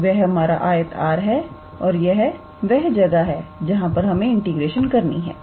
तो वह हमारा आयत R है और यह वह जगह है जहां पर हमें इंटीग्रेशन करनी है